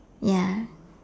ya